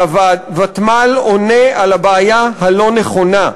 בכך שהוותמ"ל עונה על הבעיה הלא-נכונה.